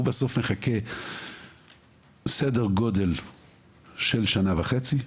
הוא בסוף מחכה בערך שנה וחצי,